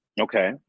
Okay